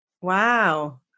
Wow